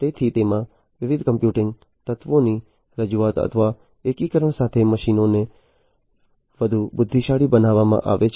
તેથી તેમાં વિવિધ કમ્પ્યુટીંગ તત્વોની રજૂઆત અથવા એકીકરણ સાથે મશીનોને વધુ બુદ્ધિશાળી બનાવવામાં આવ્યા છે